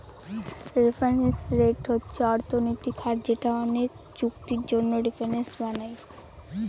reference rate হচ্ছে অর্থনৈতিক হার যেটা অনেকে চুক্তির জন্য রেফারেন্স বানায়